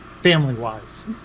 family-wise